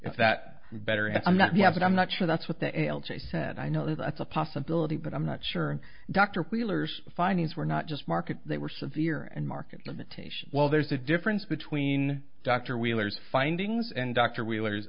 is that better and i'm not yet but i'm not sure that's what the l g said i know that's a possibility but i'm not sure dr wheeler's findings were not just market that were severe and market limitations well there's a difference between dr wheeler's findings and dr wheeler